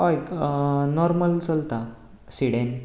हय नोर्मल चलता सिडेन